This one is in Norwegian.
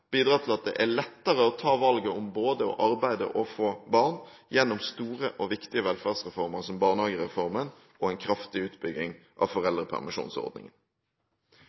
til at det er lettere å ta valget om både å arbeide og å få barn – gjennom store og viktige velferdsreformer, som barnehagereformen og en kraftig utbygging av foreldrepermisjonsordningen.